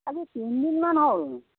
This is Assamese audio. আজি তিনিদিনমান হ'ল